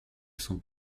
sont